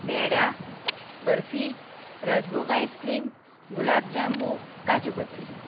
peda barfi rajbhog ice cream gulab jamun kaju katri